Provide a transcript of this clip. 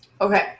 Okay